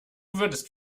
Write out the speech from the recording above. würdest